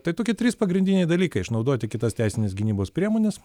tai tokie trys pagrindiniai dalykai išnaudoti kitas teisinės gynybos priemones